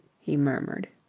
he murmured.